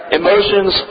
emotions